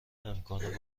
امکان